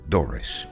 Doris